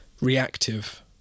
reactive